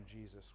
Jesus